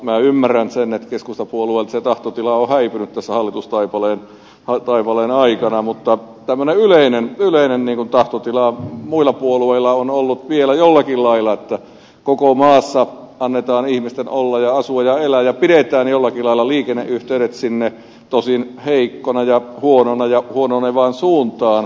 minä ymmärrän sen että keskustapuolueelta se tahtotila on häipynyt tässä hallitustaipaleen aikana mutta tämmöinen yleinen tahtotila muilla puolueilla on ollut vielä jollakin lailla siitä että koko maassa annetaan ihmisten olla ja asua ja elää ja pidetään jollakin lailla liikenneyhteydet sinne tosin heikkoina ja huonoina ja huononevaan suuntaan